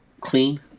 clean